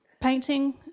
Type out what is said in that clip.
painting